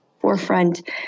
forefront